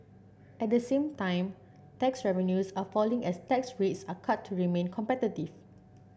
at the same time tax revenues are falling as tax rates are cut to remain competitive